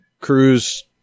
Cruz